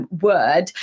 word